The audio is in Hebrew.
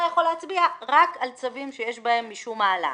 יכול להצביע רק על צווים שיש בהם משום העלאה.